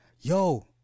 yo